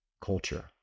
culture